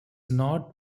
not